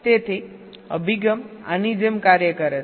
તેથી અભિગમ આની જેમ કાર્ય કરે છે